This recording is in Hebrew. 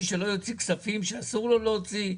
שלא יוציא כספים שאסור לו להוציא,